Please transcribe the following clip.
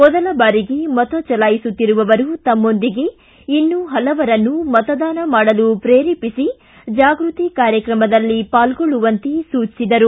ಮೊದಲ ಬಾರಿಗೆ ಮತ ಚಲಾಯಿಸುತ್ತಿರುವವರು ತಮ್ಮೊಂದಿಗೆ ಇನ್ನೂ ಹಲವರನ್ನು ಮತದಾನ ಮಾಡಲು ಪ್ರೇರೇಪಿಸಿ ಜಾಗೃತಿ ಕಾರ್ಯಕ್ರಮದಲ್ಲಿ ಪಾಲ್ಗೊಳ್ಳುವಂತೆ ಸೂಚಿಸಿದರು